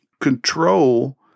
control